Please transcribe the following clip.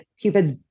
Cupid's